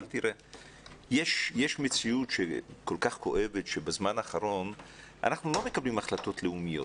אבל יש מציאות כואבת שבזמן האחרון אנחנו לא מקבלים החלטות לאומיות.